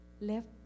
left